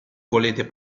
volete